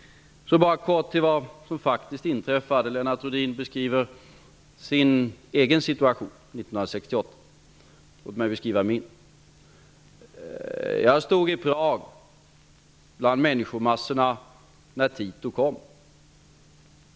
Så till vad som faktiskt inträffade. Lennart Rohdin beskrev sin egen situation vid år 1968. Låt mig beskriva min. Jag stod i Prag i människomassan när Tito kom.